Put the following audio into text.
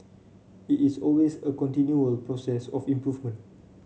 it is always a continual process of improvement